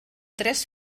tres